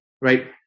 right